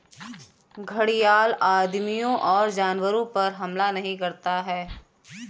घड़ियाल आदमियों और जानवरों पर हमला नहीं करता है